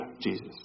Jesus